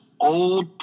old